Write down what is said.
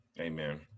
Amen